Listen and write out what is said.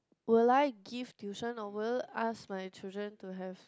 will I give tuition or will you ask my children to have